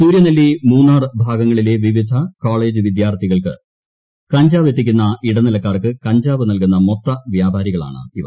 സൂര്യനെല്ലി മൂന്നാർ ഭാഗങ്ങളിലെ വിവിധ കോളേജ് വിദ്യാർത്ഥികൾക്ക് കഞ്ചാവ് എത്തിക്കുന്ന ഇടനിലക്കാർക്ക് കഞ്ചാവ് നൽകുന്ന മൊത്ത വ്യാപാരികളാണ് ഇവർ